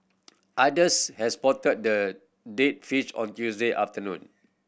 others had spotted the dead fish on Tuesday afternoon